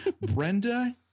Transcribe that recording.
Brenda